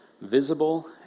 visible